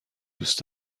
دوست